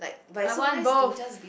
I want both